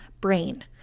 brain